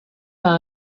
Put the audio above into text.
par